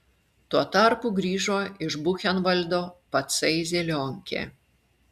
tuo tarpu grįžo iš buchenvaldo patsai zelionkė